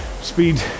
speed